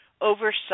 oversight